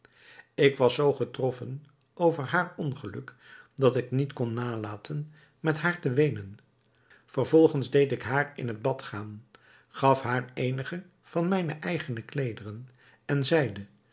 ik was zoo getroffen over haar ongeluk dat ik niet kon nalaten met haar te weenen vervolgens deed ik haar in het bad gaan gaf haar eenige van mijn eigene kleederen en zeide